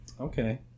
Okay